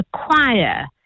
acquire